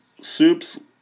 soups